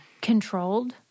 controlled